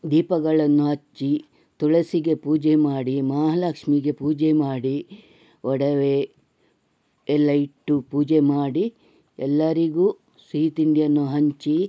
ದೀಪಗಳನ್ನು ಹಚ್ಚಿ ತುಳಸಿಗೆ ಪೂಜೆ ಮಾಡಿ ಮಹಾಲಕ್ಷ್ಮೀಗೆ ಪೂಜೆ ಮಾಡಿ ಒಡವೆ ಎಲ್ಲ ಇಟ್ಟು ಪೂಜೆ ಮಾಡಿ ಎಲ್ಲರಿಗೂ ಸಿಹಿ ತಿಂಡಿಯನ್ನು ಹಂಚಿ